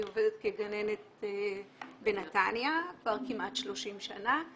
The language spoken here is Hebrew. אני עובדת כגננת בנתניה כבר כמעט 30 שנה.